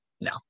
No